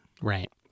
Right